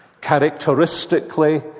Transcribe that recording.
Characteristically